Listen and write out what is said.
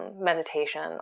meditation